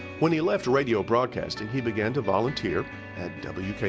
when he left radio broadcasting, he began to volunteer at